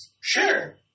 Sure